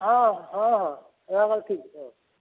ହଁ ହଁ ହଁ ହେଉ ଠିକ୍ ରେ